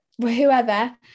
whoever